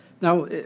Now